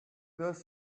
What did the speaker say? this